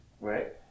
Right